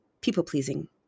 people-pleasing